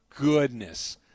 goodness